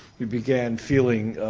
you began feeling